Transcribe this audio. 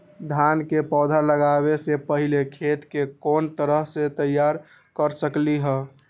धान के पौधा लगाबे से पहिले खेत के कोन तरह से तैयार कर सकली ह?